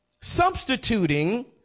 substituting